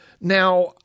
now